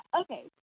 Okay